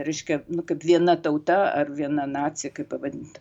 reiškia nu kaip viena tauta ar viena nacija kaip pavadint